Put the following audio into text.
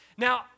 Now